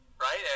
Right